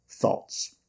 thoughts